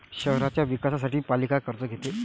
शहराच्या विकासासाठी पालिका कर्ज घेते